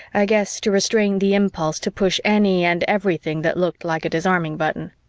i guess to restrain the impulse to push any and everything that looked like a disarming button.